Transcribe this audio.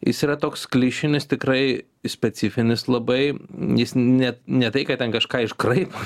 jis yra toks klišinis tikrai specifinis labai jis net ne tai kad ten kažką iškraipo